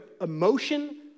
emotion